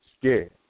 scared